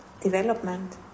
development